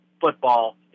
football